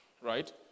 Right